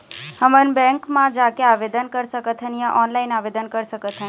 हमन बैंक मा जाके आवेदन कर सकथन या ऑनलाइन आवेदन कर सकथन?